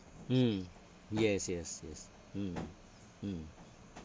mm yes yes yes mm mm